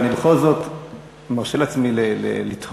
אבל אני בכל זאת מרשה לעצמי לשאול: